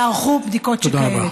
יערכו בדיקות שכאלה.